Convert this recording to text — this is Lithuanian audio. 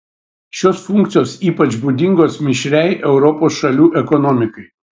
šios funkcijos ypač būdingos mišriai europos šalių ekonomikai